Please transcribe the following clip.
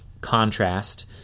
contrast